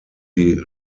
die